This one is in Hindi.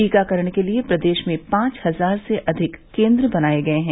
टीकाकरण के लिये प्रदेश में पांच हजार से अधिक केन्द्र बनाये गये हैं